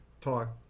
talk